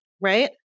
right